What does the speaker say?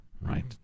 right